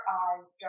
eyes